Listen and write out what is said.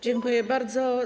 Dziękuję bardzo.